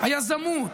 היזמות,